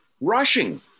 rushing